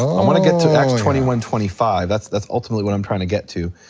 um wanna get to acts twenty one twenty five, that's that's ultimately what i'm trying to get to.